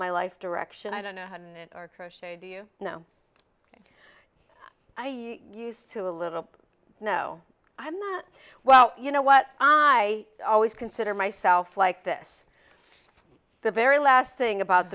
my life direction i don't know how to knit or crochet do you know i use to a little no i'm not well you know what i always consider myself like this the very last thing about